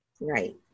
Right